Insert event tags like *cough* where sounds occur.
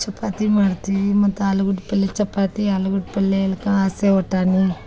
ಚಪಾತಿ ಮಾಡ್ತೀವಿ ಮತ್ತೆ ಆಲೂಗಡ್ಡಿ ಪಲ್ಲೆ ಚಪಾತಿ ಆಲೂಗಡ್ಡೆ ಪಲ್ಲೆ *unintelligible*